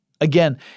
Again